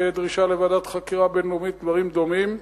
שתהיה דרישה לוועדת חקירה בין-לאומית ודברים דומים.